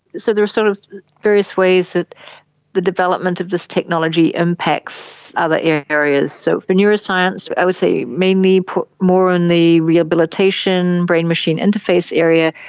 so there are sort of various ways that the development of this technology impacts other yeah areas. so for neuroscience i would say mainly put more on the rehabilitation, brain machine interface area,